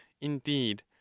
Indeed